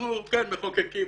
אנחנו כן מחוקקים,